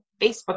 Facebook